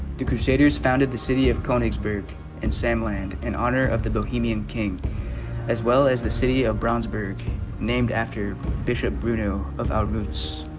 the crusaders founded the city of konigsberg and sam land in honor of the bohemian king as well as the city of brownsburg named after bishop bruno of our boots